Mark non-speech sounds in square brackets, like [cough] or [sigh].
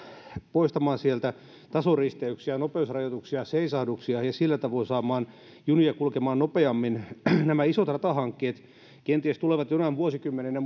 poistamaan sieltä tasoristeyksiä nopeusrajoituksia ja seisahduksia ja sillä tavoin saamaan junia kulkemaan nopeammin nämä isot ratahankkeet kenties tulevat jonain vuosikymmenenä [unintelligible]